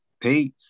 Peace